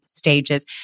Stages